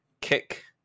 kick